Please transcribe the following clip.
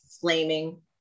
flaming